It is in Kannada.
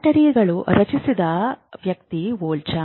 ಬ್ಯಾಟರಿಗಳನ್ನು ರಚಿಸಿದ ವ್ಯಕ್ತಿ ವೋಲ್ಟಾ